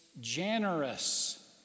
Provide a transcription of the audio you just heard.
generous